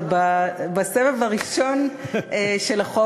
שבסבב הראשון של החוק,